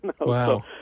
Wow